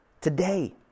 today